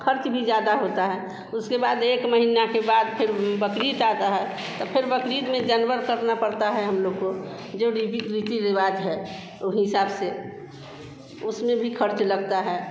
ख़र्च भी ज़्यादा होता है उसके बाद एक महीना के बाद फिर बकरीद आता है तब फिर बकरीद में जानवर करना पड़ता है हम लोग को जो रीबि रीति रिवाज है वो हिसाब से उसमें भी ख़र्च लगता है